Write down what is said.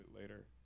later